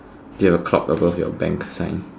do you have a clock above your bank sign